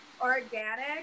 organic